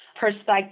perspective